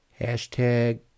hashtag